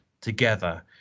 together